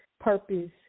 purpose